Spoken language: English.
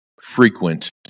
frequent